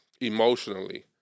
emotionally